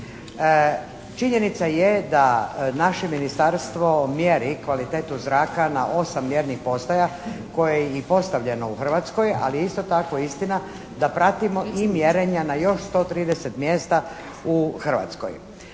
Činjenica je da naše ministarstvo mjeri kvalitetu zraka na osam mjernih postaja koje je i postavljeno u Hrvatskoj ali je isto tako istina da pratimo i mjerenja na još 130 mjesta u Hrvatskoj.